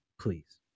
Please